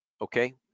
Okay